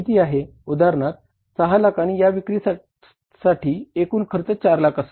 उदाहरणार्थ 6 लाख आणि या विक्रीसाठी एकूण खर्च चार लाख असेल